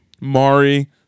Mari